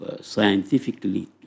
scientifically